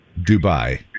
Dubai